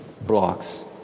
blocks